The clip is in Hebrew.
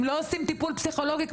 אם לא עושים טיפול פסיכולוגי,